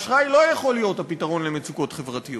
אשראי לא יכול להיות הפתרון למצוקות חברתיות.